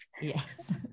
Yes